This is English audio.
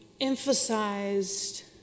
emphasized